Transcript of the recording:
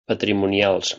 patrimonials